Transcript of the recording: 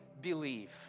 believe